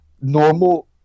normal